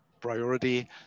priority